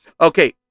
Okay